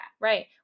right